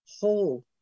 whole